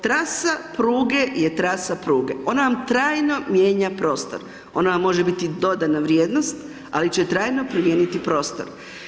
Trasa pruge je trasa pruge, ona vam trajno mijenja prostor, ona vam može biti dodana vrijednost ali će trajno promijeniti prostor.